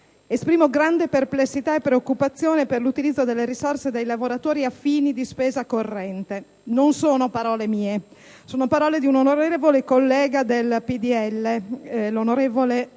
«Esprimo grande perplessità e preoccupazione per l'utilizzo delle risorse dei lavoratori a fini di spesa corrente»: non sono mie queste parole. Sono le parole di un collega del PdL, l'onorevole